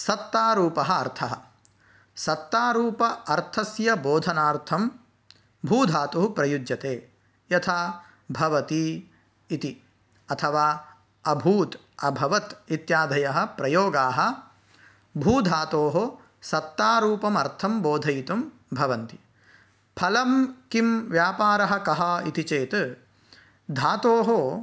सत्तारूपः अर्थः सत्तारूप अर्थस्य बोधनार्थं भूधातुः प्रयुज्यते यथा भवति इति अथवा अभूत् अभवत् इत्यादयः प्रयोगाः भूधातोः सत्तारूपमर्थं बोधयितुं भवन्ति फलं किं व्यापारः कः इति चेत् धातोः